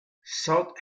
south